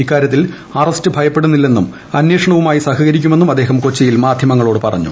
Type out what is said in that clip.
ഇക്കാര്യത്തിൽ അറസ്റ്റ് ഭയപ്പെടുന്നില്ലെന്നും അന്വേഷണവുമായി സഹകരിക്കുമെന്നും അദ്ദേഹം കൊച്ചിയിൽ മാധ്യമങ്ങളോട് പറഞ്ഞു